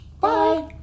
Bye